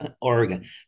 Oregon